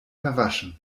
verwaschen